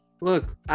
Look